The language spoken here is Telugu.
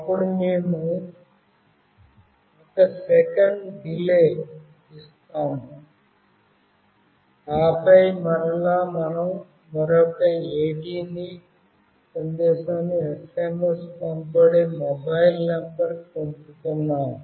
అప్పుడు మేము 1 సెకను డిలే ఇస్తాము ఆపై మరలా మనం మరొక AT ఆదేశాన్ని SMS పంపబడే మొబైల్ నంబర్ పంపుతున్నాము